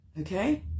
Okay